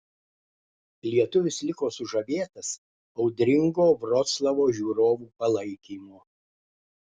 lietuvis liko sužavėtas audringo vroclavo žiūrovų palaikymo